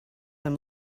them